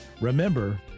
remember